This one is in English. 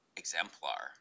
exemplar